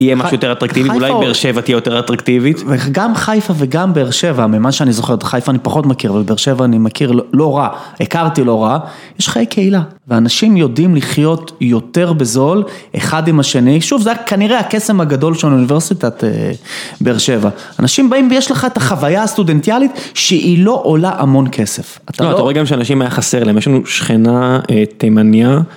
יהיה משהו יותר אטרקטיבי, אולי בר שבע תהיה יותר אטרקטיבית. וגם חיפה וגם בר שבע, ממה שאני זוכר, את חיפה אני פחות מכיר ובר שבע אני מכיר לא רע, הכרתי לא רע, יש חיי קהילה. ואנשים יודעים לחיות יותר בזול, אחד עם השני, שוב זה כנראה הקסם הגדול של האוניברסיטת בר שבע. אנשים באים ויש לך את החוויה הסטודנטיאלית שהיא לא עולה המון כסף. אתה רואה גם שאנשים היה חסר להם, יש לנו שכנה תימניה.